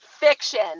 Fiction